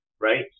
right